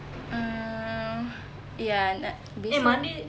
um ya nak besok